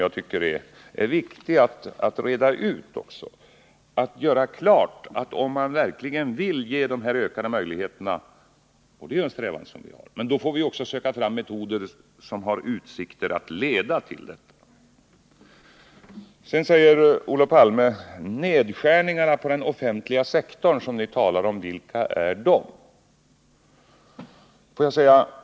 Jag tycker att det är viktigt att göra klart att om vi vill åstadkomma dessa ökade möjligheter — och det är ju en strävan som vi har —så måste vi söka oss fram till metoder som verkligen leder till det målet. Olof Palme frågade: Vilka nedskärningar på den offentliga sektorn är det ni talar om?